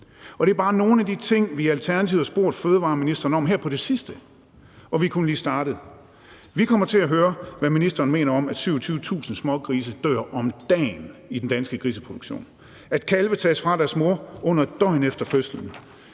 Det er bare nogle af de ting, vi i Alternativet har spurgt fødevareministeren om her på det sidste, og vi er kun lige startet. Vi kommer til at høre, hvad ministeren mener om, at 27.000 smågrise dør om dagen i den danske griseproduktion, at kalve tages fra deres mor under et døgn efter fødslen,